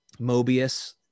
Mobius